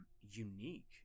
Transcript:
unique